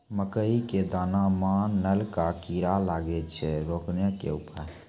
मकई के दाना मां नल का कीड़ा लागे से रोकने के उपाय?